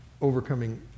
overcoming